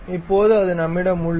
இப்போது அது நம்மிடம் உள்ளது